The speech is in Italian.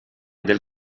del